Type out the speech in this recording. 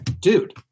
dude